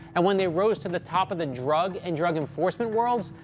and when they rose to the top of the drug and drug-enforcement worlds,